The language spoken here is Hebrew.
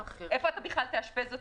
איפה תאשפז אותם?